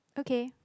okay